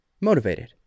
motivated